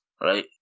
Right